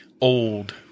old